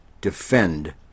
defend